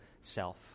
self